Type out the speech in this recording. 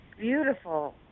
beautiful